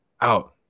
out